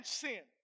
sin